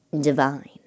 Divine